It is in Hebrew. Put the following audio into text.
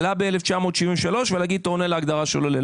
עלה ב-1973 ולומר: עונה להגדרה של עולה.